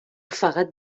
فقط